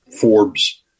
Forbes